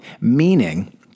Meaning